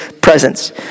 presence